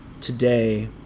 today